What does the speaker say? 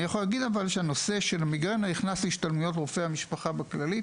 אני יכול להגיד שהנושא של מיגרנה נכנס להשתלמויות רופאי המשפחה בכללי.